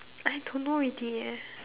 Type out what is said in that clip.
I don't know already eh